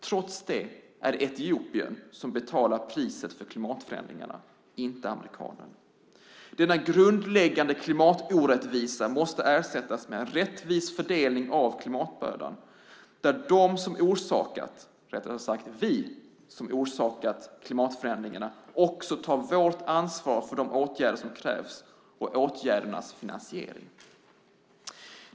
Trots det är det etiopiern som betalar priset för klimatförändringarna, inte amerikanen. Denna grundläggande klimatorättvisa måste ersättas med en rättvis fördelning av klimatbördan där vi som orsakat klimatförändringarna också tar vårt ansvar för de åtgärder som krävs och åtgärdernas finansiering.